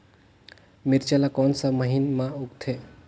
मिरचा ला कोन सा महीन मां उगथे?